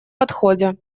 подходе